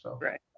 Right